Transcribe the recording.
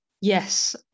yes